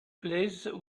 placed